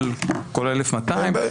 כל 1,200,